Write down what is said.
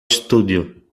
studio